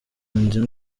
nzu